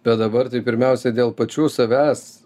bet dabar tai pirmiausia dėl pačių savęs